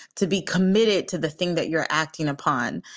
to be committed to the thing that you're acting upon.